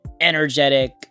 energetic